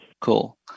Cool